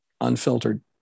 unfiltered